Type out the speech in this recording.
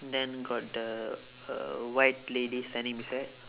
then got the uh white lady standing beside